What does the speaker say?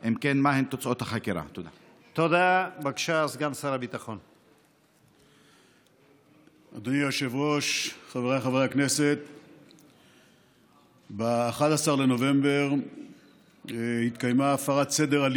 3. אם כן, מהן תוצאות החקירה?